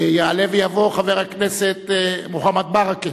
ויעלה ויבוא חבר הכנסת מוחמד ברכה